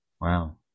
Wow